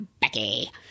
Becky